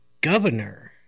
governor